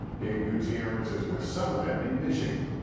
gabe gutierrez is with some of them in michigan.